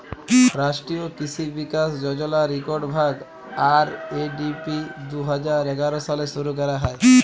রাষ্ট্রীয় কিসি বিকাশ যজলার ইকট ভাগ, আর.এ.ডি.পি দু হাজার এগার সালে শুরু ক্যরা হ্যয়